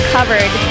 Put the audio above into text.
Covered